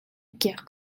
kiak